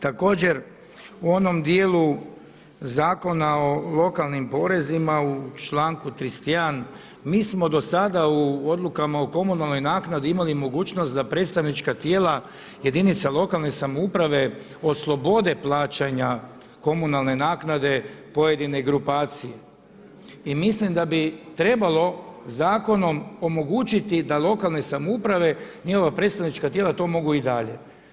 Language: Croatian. Također u onom dijelu Zakona o lokalnim porezima u članku 31. mi smo do sada u odlukama o komunalnoj naknadi imali mogućnost da predstavnička tijela jedinica lokalne samouprave oslobode plaćanja komunalne naknade pojedine grupacije i mislim da bi trebalo zakonom omogućiti da lokalne samouprave, njihova predstavnička tijela to mogu i dalje.